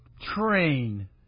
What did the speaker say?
train